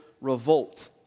revolt